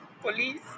police